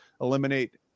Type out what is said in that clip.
eliminate